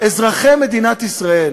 אזרחי מדינת ישראל